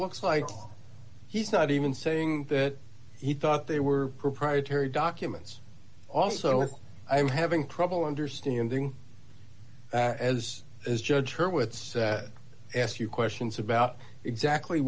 looks like he's not even saying that he thought they were proprietary documents also i'm having trouble understanding as is judge her wits ask you questions about exactly